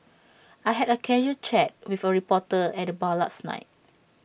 I had A casual chat with A reporter at the bar last night